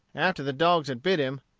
after the dogs had bit him,